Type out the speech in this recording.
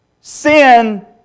sin